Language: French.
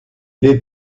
les